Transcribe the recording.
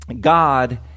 God